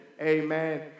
Amen